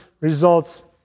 results